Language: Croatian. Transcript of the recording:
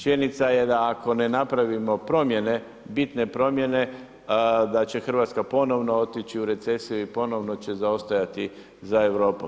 Činjenica je da ako ne napravimo promjene, bitne promjene da će Hrvatska ponovno otići u recesiju i ponovno će zaostajati za Europom.